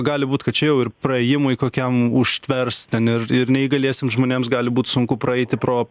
gali būt kad čia jau ir praėjimui kokiam užtvers ten ir ir neįgaliesiems žmonėms gali būt sunku praeiti pro